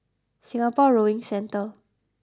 Singapore Rowing Centre